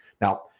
Now